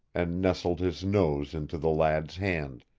and nestled his nose into the lad's hand,